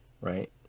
right